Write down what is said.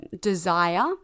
desire